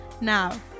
Now